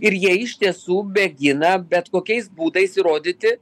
ir jie iš tiesų mėgina bet kokiais būdais įrodyti